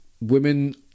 women